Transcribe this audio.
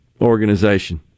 organization